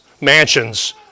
mansions